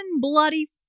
bloody